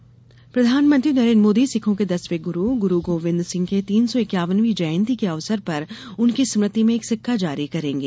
गुरू गोविंद जयंती प्रधानमंत्री नरेन्द्र मोदी सिखों के दसवें गुरू गुरू गोविन्दसिंह की तीन सौ इक्यानवीं जयंती के अवसर पर आज उनकी स्मृति में एक सिक्का जारी करेंगे